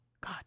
God